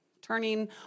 turning